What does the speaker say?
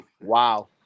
wow